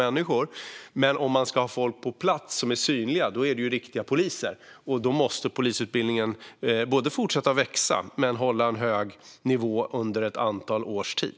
Men ska man ha synligt folk på plats är det riktiga poliser som gäller, och då måste polisutbildningen både växa och hålla en hög nivå under ett antal års tid.